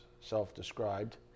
self-described